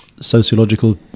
sociological